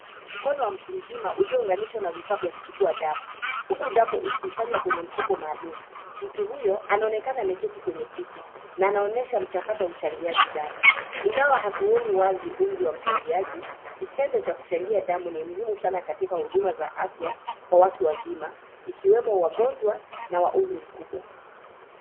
Mkono wa mtu mzima, uliounganishwa na vifaa vya kuchukua damu, huku damu, ikikusanya kwenye mfuko maalum. Mtu huyo, anaonekana ameketi kwenye kiti, na anaonyesha mchakato wa uchangiaji damu. Ingawa hatuoni wazi umri wa mchangiaji, kitendo cha kuchangia damu ni muhimu sana katika huduma za afya, kwa watu wazima, ikiwemo wagonjwa, na wa umri mkubwa.